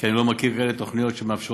כי אני לא מכיר כאלה תוכניות שמאפשרות